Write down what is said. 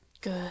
Good